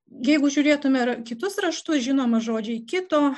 jeigu žiūrėtume ar kitus raštus žinoma žodžiai kito